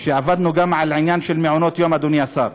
שעבדנו גם על העניין של מעונות היום, אדוני השר,